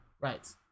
Right